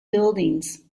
buildings